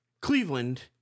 Cleveland